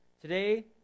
Today